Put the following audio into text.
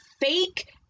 fake